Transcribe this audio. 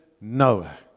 Noah